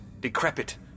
Decrepit